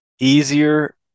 easier